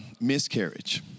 miscarriage